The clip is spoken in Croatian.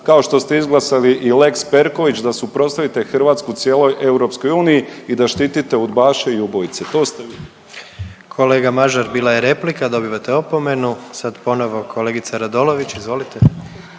kao što ste izglasali i lex Perković da suprotstavite Hrvatsku cijeloj EU i da štite udbaše i ubojice. To ste vi. **Jandroković, Gordan (HDZ)** Kolega Mažar bila je replika, dobivate opomenu. Sad ponovo kolegica Radolović, izvolite.